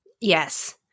Yes